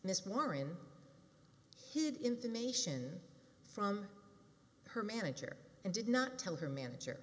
miss warren hid information from her manager and did not tell her manager